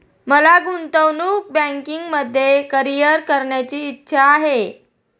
मला गुंतवणूक बँकिंगमध्ये करीअर करण्याची इच्छा आहे